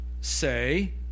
say